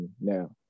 now